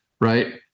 right